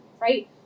right